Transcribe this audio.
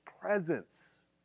presence